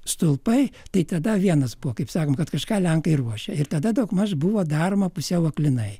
stulpai tai tada vienas buvo kaip sako kad kažką lenkai ruošia ir tada daugmaž buvo daroma pusiau aklinai